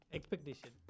Expectation